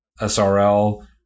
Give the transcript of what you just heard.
srl